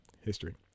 history